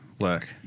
work